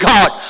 God